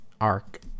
arc